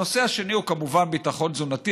הנושא השני הוא, כמובן, ביטחון תזונתי.